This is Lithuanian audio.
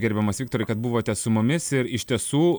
gerbiamas viktorai kad buvote su mumis ir iš tiesų